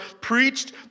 preached